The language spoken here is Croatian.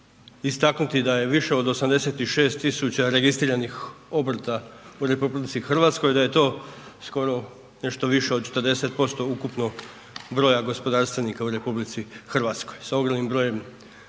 istaknuti da je više od 86 000 registriranih obrta u RH, da je to skoro nešto više od 40% ukupnog broja gospodarstvenika u RH sa